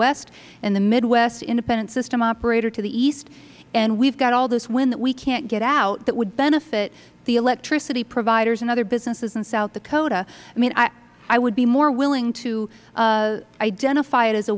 west and the midwest independent system operator to the east and we have got all this wind that we can't get out that would benefit the electricity providers and other businesses in south dakota i mean i would be more willing to identify it as a